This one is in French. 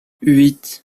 huit